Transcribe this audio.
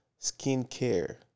skincare